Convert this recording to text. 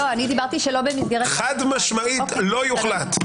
חד משמעית לא יוחלט.